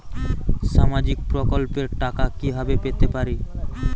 সামাজিক প্রকল্পের টাকা কিভাবে পেতে পারি?